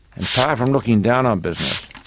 and far from looking down on business,